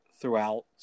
throughout